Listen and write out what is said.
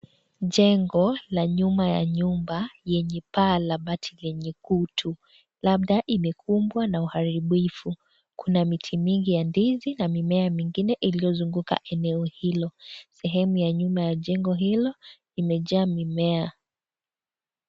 Jengo la nyuma ya nyumba yenye paa la bati kwenye kutu labada imekumbwa na uharibifu. Kuna miti mingi ya ndizi na mimea mingine ilio zunguka eneo hilo. Sehemu ya nyuma ya jengo hilo imeja mimea.